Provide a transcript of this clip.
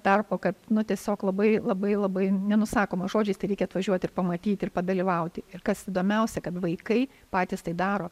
tarpo kad nu tiesiog labai labai labai nenusakoma žodžiais tai reikia atvažiuoti ir pamatyti ir padalyvauti ir kas įdomiausia kad vaikai patys tai daro